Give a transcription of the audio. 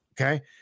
Okay